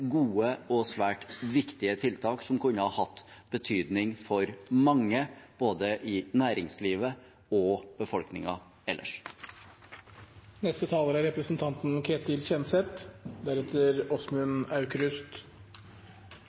gode og svært viktige tiltak som kunne ha hatt betydning for mange både i næringslivet og i befolkningen ellers. Det er